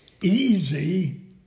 Easy